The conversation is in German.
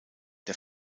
der